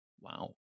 Wow